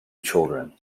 children